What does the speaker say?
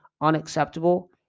unacceptable